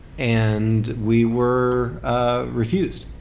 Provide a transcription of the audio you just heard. and we were refused.